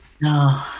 No